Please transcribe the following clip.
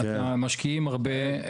משקיעים הרבה,